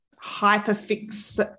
hyper-fix